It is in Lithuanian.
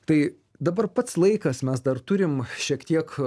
tai dabar pats laikas mes dar turim šiek tiek